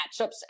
matchups